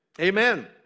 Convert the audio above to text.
amen